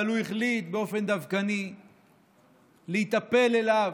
אבל הוא החליט באופן דווקני להיטפל אליו,